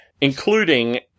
including